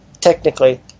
Technically